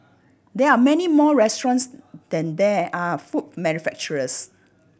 there are many more restaurants than there are food manufacturers